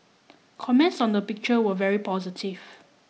comments on the picture were very positive